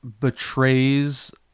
betrays